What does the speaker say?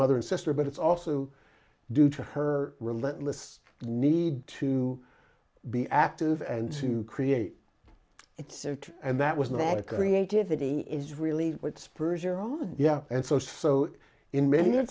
mother and sister but it's also due to her relentless need to be active and to create it's are true and that was the bad creativity is really what spurs are on yeah and so so in ma